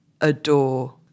adore